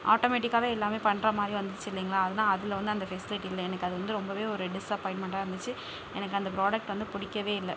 ஆட்டோமேட்டிக்காகவே எல்லாமே பண்ணுற மாதிரி வந்திடுச்சி இல்லைங்களா அதுதான் அதில் வந்து அந்த ஃபெசிலிட்டி இல்லை எனக்கு அது வந்து ரொம்ப ஒரு டிஸப்பாயின்மெண்ட்டாக இருந்துச்சு எனக்கு அந்த ப்ராடெக்ட் வந்து பிடிக்கவே இல்லை